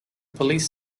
police